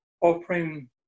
offering